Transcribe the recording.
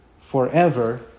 forever